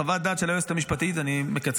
חוות דעת של היועצת המשפטית אני מקצר,